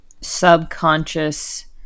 subconscious